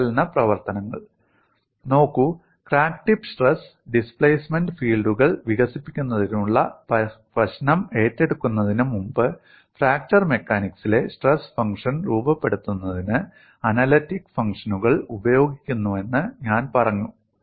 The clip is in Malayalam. വിശകലന പ്രവർത്തനങ്ങൾ നോക്കൂ ക്രാക്ക് ടിപ്പ് സ്ട്രെസ് ഡിസ്പ്ലേസ്മെന്റ് ഫീൽഡുകൾ വികസിപ്പിക്കുന്നതിനുള്ള പ്രശ്നം ഏറ്റെടുക്കുന്നതിന് മുമ്പ് ഫ്രാക്ചർ മെക്കാനിക്സിലെ സ്ട്രെസ് ഫംഗ്ഷൻ രൂപപ്പെടുത്തുന്നതിന് അനലിറ്റിക് ഫംഗ്ഷനുകൾ ഉപയോഗിക്കുന്നുവെന്ന് ഞാൻ പറഞ്ഞു